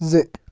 زِ